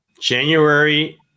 January